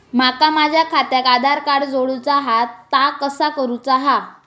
माका माझा खात्याक आधार कार्ड जोडूचा हा ता कसा करुचा हा?